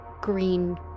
green